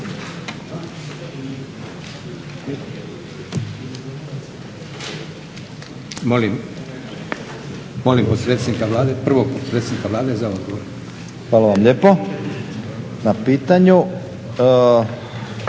Hvala vam lijepo na pitanju.